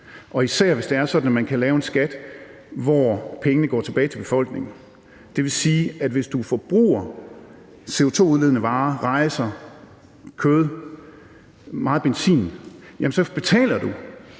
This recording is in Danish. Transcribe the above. sådan, at man kan lave en skat, hvor pengene går tilbage til befolkningen. Det vil sige, at hvis du er forbruger af CO2-udledende varer, rejser, kød, meget benzin, jamen så betaler du